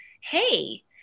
hey